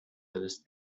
those